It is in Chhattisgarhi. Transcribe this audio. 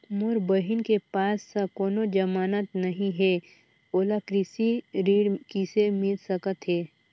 मोर बहिन के पास ह कोनो जमानत नहीं हे, ओला कृषि ऋण किसे मिल सकत हे?